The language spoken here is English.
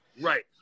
Right